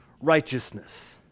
righteousness